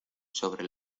sobre